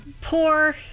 poor